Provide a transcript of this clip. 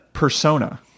Persona